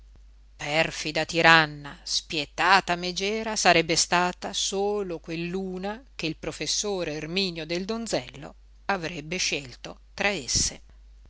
perfida tiranna spietata megera sarebbe stata solo quell'una che il professor erminio del donzello avrebbe scelto tra esse